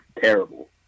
terrible